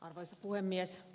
arvoisa puhemies